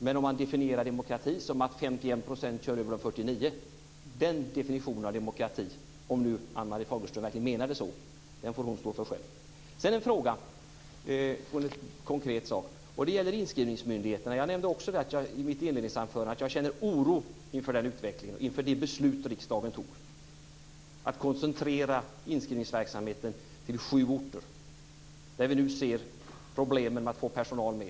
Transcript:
Men definitionen av demokratin som att 51 % kör över 49 %- om nu Ann-Marie Fagerström verkligen menade så - får Ann-Marie Fagerström stå för själv. Sedan en konkret fråga om inskrivningsmyndigheterna. Jag nämnde i mitt inledningsanförande att jag känner oro inför utvecklingen och inför det beslut som riksdagen fattade att koncentrera inskrivningsverksamheten till sju orter. Vi ser nu problem med att få personalen med.